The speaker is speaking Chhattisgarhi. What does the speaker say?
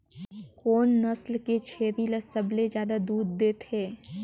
कोन नस्ल के छेरी ल सबले ज्यादा दूध देथे?